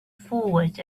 forward